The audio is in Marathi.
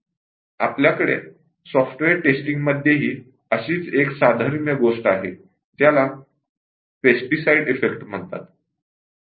आपल्याकडे सॉफ्टवेअर टेस्टिंगमध्येही अशीच एक साधर्म गोष्ट आहे ज्याला पेस्टीसाइड इफेक्ट म्हणतात